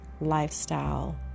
lifestyle